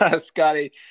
Scotty